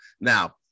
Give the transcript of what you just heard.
Now